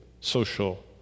social